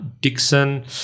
Dixon